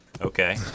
Okay